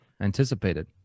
anticipated